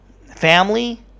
family